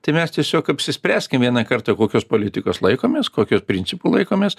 tai mes tiesiog apsispręskim vieną kartą kokios politikos laikomės kokių principų laikomės